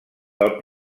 del